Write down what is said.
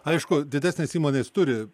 aišku didesnės įmonės turi